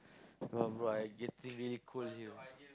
no bro I getting really cold here